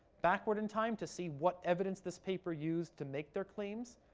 backward in time to see what evidence this paper used to make their claims,